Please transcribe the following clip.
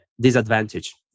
disadvantage